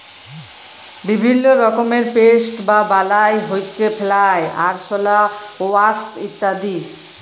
বিভিল্য রকমের পেস্ট বা বালাই হউচ্ছে ফ্লাই, আরশলা, ওয়াস্প ইত্যাদি